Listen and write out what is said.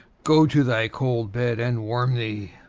go to thy cold bed and warm thee.